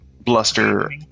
bluster